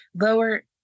lower